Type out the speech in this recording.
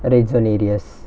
red zone areas